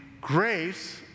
grace